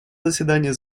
заседание